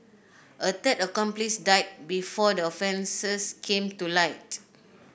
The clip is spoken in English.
a third accomplice died before the offences came to light